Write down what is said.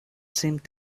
seemed